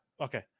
Okay